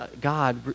God